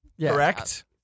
Correct